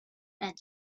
and